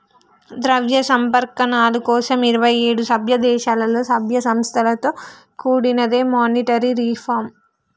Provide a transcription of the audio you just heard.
ద్రవ్య సంస్కరణల కోసం ఇరవై ఏడు సభ్యదేశాలలో, సభ్య సంస్థలతో కూడినదే మానిటరీ రిఫార్మ్